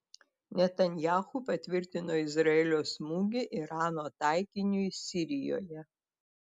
netanyahu patvirtino izraelio smūgį irano taikiniui sirijoje